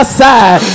side